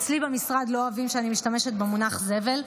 אצלי במשרד לא אוהבים שאני משתמשת במונח זבל,